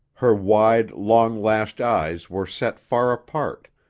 her wide, long-lashed eyes were set far apart,